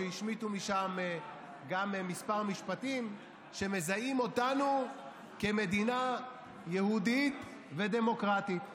שהשמיטו משם גם כמה משפטים שמזהים אותנו כמדינה יהודית ודמוקרטית.